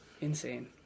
insane